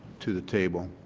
to the table.